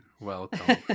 Welcome